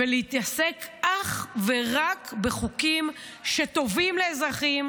ולהתעסק אך ורק בחוקים שטובים לאזרחים